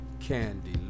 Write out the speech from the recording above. Candy